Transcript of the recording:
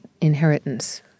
Inheritance